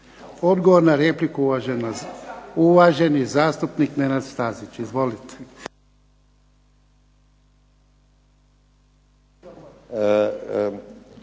Odgovor na repliku uvaženi zastupnik Nenad Stazić. Izvolite.